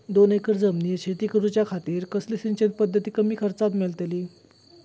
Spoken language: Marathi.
दोन एकर जमिनीत शेती करूच्या खातीर कसली सिंचन पध्दत कमी खर्चात मेलतली?